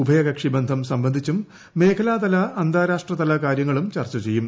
ഉഭയകക്ഷി ബന്ധം സംബന്ധിച്ചും മേഖലാതല അന്താരാഷ്ട്രതല കാര്യങ്ങളും ചർച്ച ചെയ്യും